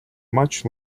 much